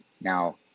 now